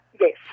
Yes